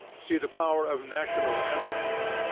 see the power of national emblems.